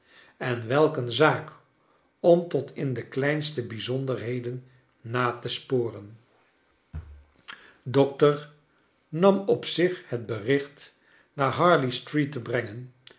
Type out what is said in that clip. en welk een zaak om tot in de kleinste bijzonderheden na te sporenl dokter nam op zich het bericht naar harley street te brengen